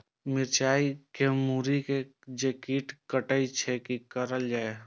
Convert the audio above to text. मिरचाय के मुरी के जे कीट कटे छे की करल जाय?